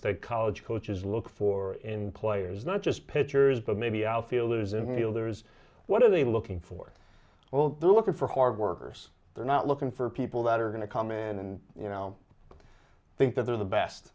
that college coaches look for in players not just pitchers but maybe outfielders a meal there's what are they looking for well they're looking for hard workers they're not looking for people that are going to come in and you know think that they're the best